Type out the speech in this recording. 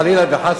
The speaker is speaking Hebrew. חלילה וחס,